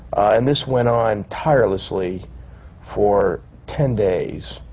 and this went on tirelessly for ten days.